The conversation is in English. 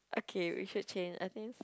okay we should change I think